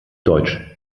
deutsch